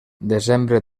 desembre